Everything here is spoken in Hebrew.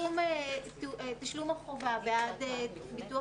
תשלום החובה בעד ביטוח